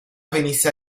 venisse